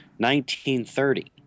1930